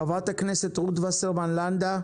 חברת הכנסת רות וסרמן לנדה,